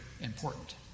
important